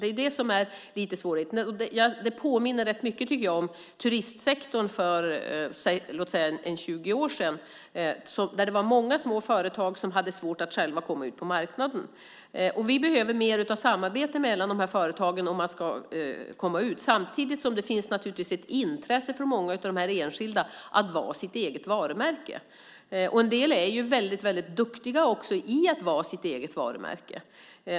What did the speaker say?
Det är lite det som är svårigheten. Det påminner rätt mycket, tycker jag, om turistsektorn för, låt säga, 20 år sedan då det var många små företag som hade svårt att själva komma ut på marknaden. Vi behöver mer av samarbete mellan de här företagen om de ska komma ut. Samtidigt finns det naturligtvis ett intresse från många av de här enskilda att vara sitt eget varumärke. En del är också väldigt duktiga på att vara sitt eget varumärke.